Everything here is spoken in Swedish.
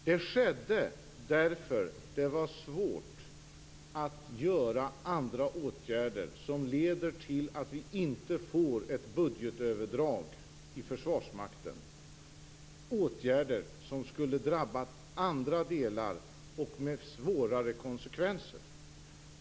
Det skedde därför att det var svårt att genomföra andra åtgärder för att undvika ett budgetöverdrag i Försvarsmakten, åtgärder som skulle ha drabbat andra delar och med svårare konsekvenser.